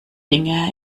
dinge